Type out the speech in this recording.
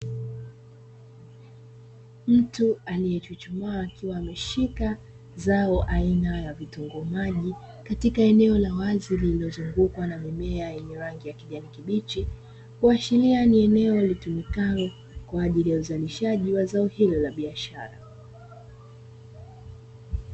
Mtu aliyechuchumaa akiwa ameshika zao aina ya vitunguu maji, katika eneo la wazi lililozungukwa na mimea yenye rangi ya kijani kibichi, kuashiria ni eneo litumikalo kwa ajili ya uzalishaji wa zao hilo la biashara.